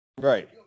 right